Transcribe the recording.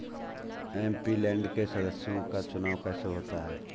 MP land के सदस्यों का चुनाव कैसे होता है?